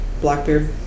Blackbeard